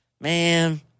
Man